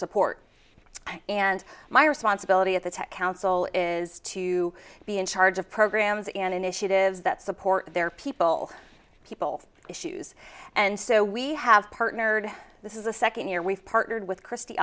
support and my responsibility at the tech council is to be in charge of programs and initiatives that support their people people issues and so we have partnered this is a second year we've partnered with christ